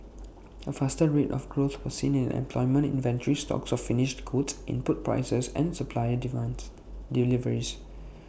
A faster rate of growth was seen in employment inventory stocks of finished goods input prices and supplier demands deliveries